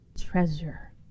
treasure